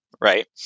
right